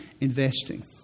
investing